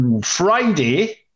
Friday